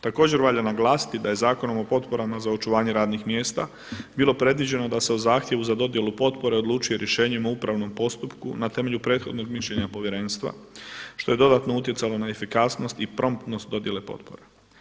Također valja naglasiti da je Zakonom o potporama za očuvanje radnih mjesta bilo predviđeno da se u zahtjevu za dodjelu potpore odlučuje rješenjima o upravnom postupku na temelju prethodnog mišljenja povjerenstva što je dodatno utjecalo na efikasnost i promptnost dodjele potpora.